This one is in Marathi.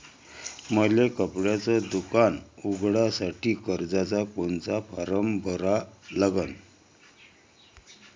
मले कपड्याच दुकान उघडासाठी कर्जाचा कोनचा फारम भरा लागन?